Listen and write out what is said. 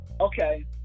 Okay